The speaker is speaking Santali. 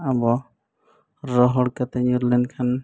ᱟᱵᱚ ᱨᱚᱦᱚᱲ ᱠᱟᱛᱮᱫ ᱧᱩᱨ ᱞᱮᱱᱠᱷᱟᱱ